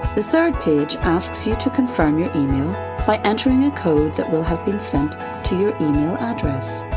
the third page asks you to confirm your email by entering a code that will have been sent to your email address.